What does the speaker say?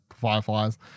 fireflies